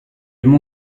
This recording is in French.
mon